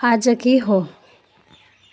आज के हो